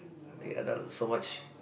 ya that was so much